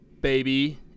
Baby